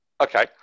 Okay